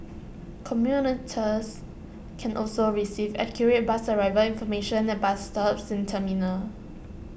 commuters can also receive accurate bus arrival information at bus stops and terminals